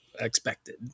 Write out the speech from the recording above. expected